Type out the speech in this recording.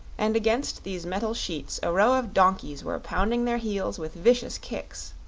and against these metal sheets a row of donkeys were pounding their heels with vicious kicks.